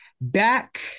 Back